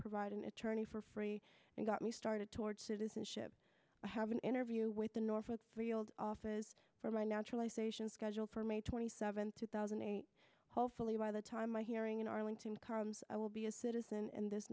provide an attorney for free and got me started toward citizenship i have an interview with the norfolk three old office for my naturalization scheduled for may twenty seventh two thousand eight hundred fully by the time my hearing in arlington carnes i will be a citizen and this